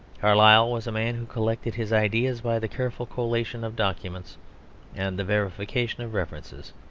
carlyle was a man who collected his ideas by the careful collation of documents and the verification of references.